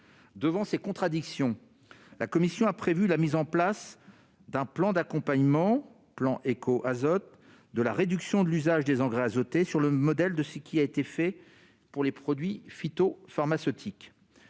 de ces contradictions, la commission a prévu la mise en place d'un plan d'accompagnement de la réduction de l'usage des engrais azotés, le plan Éco'Azot, sur le modèle de ce qui a été fait pour les produits phytopharmaceutiques.